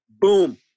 Boom